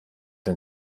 den